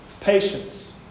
patience